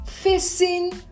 Facing